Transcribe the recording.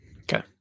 Okay